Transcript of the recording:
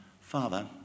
Father